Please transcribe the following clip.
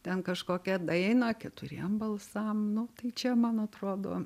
ten kažkokią dainą keturiem balsam nu tai čia man atrodo